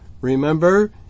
Remember